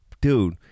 dude